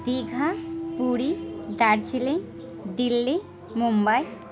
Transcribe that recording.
Digha Puri Darjeeling Delhi Mumbai